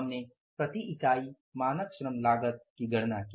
हमने प्रति इकाई मानक श्रम लागत की गणना की